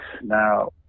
now